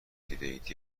دیدهاند